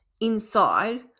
inside